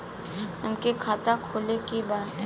हमके खाता खोले के बा?